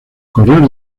correos